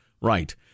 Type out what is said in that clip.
Right